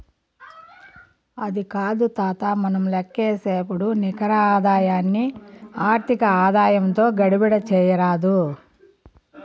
అది కాదు తాతా, మనం లేక్కసేపుడు నికర ఆదాయాన్ని ఆర్థిక ఆదాయంతో గడబిడ చేయరాదు